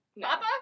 Papa